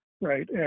Right